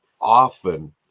often